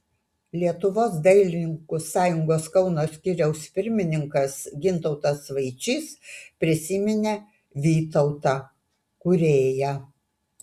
lietuvos dailininkų sąjungos kauno skyriaus pirmininkas gintautas vaičys prisiminė vytautą kūrėją